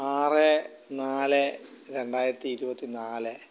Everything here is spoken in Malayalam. ആറ് നാല് രണ്ടായിരത്തി ഇരുപത്തി നാല്